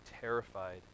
terrified